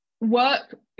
work